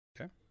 Okay